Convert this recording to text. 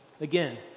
Again